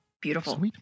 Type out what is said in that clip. Beautiful